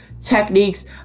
techniques